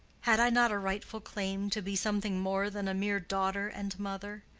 had i not a rightful claim to be something more than a mere daughter and mother?